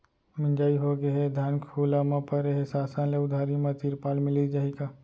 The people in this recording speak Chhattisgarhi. मिंजाई होगे हे, धान खुला म परे हे, शासन ले उधारी म तिरपाल मिलिस जाही का?